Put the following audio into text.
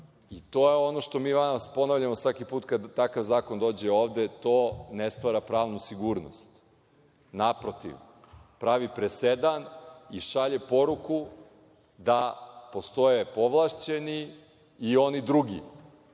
To je ono što mi ponavljamo svaki put kad takav zakon dođe ovde, to ne stvara pravnu sigurnost. Naprotiv, pravi presedan i šalje poruku da postoje povlašćeni i oni drugi,